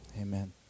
Amen